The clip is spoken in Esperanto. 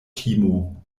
timo